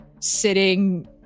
sitting